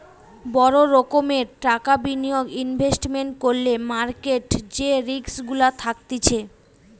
বড় রোকোমের টাকা বিনিয়োগ ইনভেস্টমেন্ট করলে মার্কেট যে রিস্ক গুলা থাকতিছে